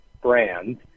brand